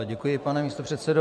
Děkuji, pane místopředsedo.